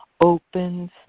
opens